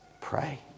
pray